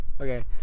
Okay